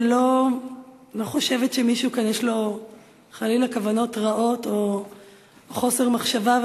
ולא חושבת שמישהו כאן יש לו חלילה כוונות רעות או חוסר מחשבה,